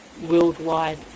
worldwide